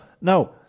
no